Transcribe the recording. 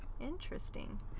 interesting